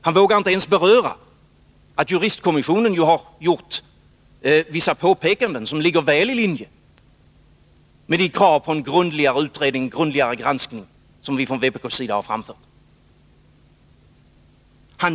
Han vågar inte ens beröra att juristkommissionen gjort vissa påpekanden som ligger väl i linje med de krav på en grundligare granskning som vi från vpk:s sida har framfört.